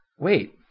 Wait